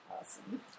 Awesome